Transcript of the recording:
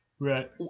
Right